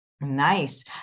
Nice